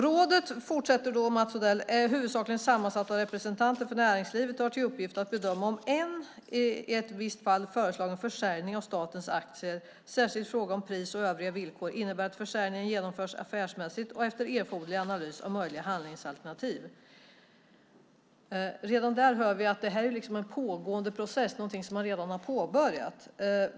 "Rådet", fortsätter Mats Odell, "är huvudsakligen sammansatt av representanter för näringslivet och har till uppgift att bedöma om en i ett visst fall föreslagen försäljning av statens aktier, särskilt i fråga om pris och övriga villkor, innebär att försäljningen genomförs affärsmässigt och efter erforderlig analys av möjliga handlingsalternativ." Redan där hör vi att det här liksom är en pågående process, någonting man redan har påbörjat.